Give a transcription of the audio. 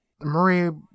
Marie